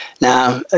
Now